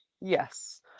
yes